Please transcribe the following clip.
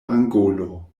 angolo